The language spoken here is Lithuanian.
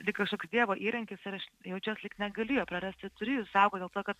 lyg kažkoks dievo įrankis ir aš jaučiuos lyg negaliu jo prarasti turiu jį saugoti dėl to kad